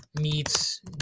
Meets